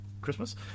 Christmas